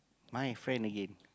my friend again